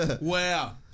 Wow